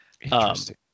Interesting